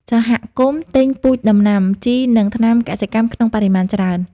សហគមន៍ទិញពូជដំណាំ ជី និងថ្នាំកសិកម្មក្នុងបរិមាណច្រើន។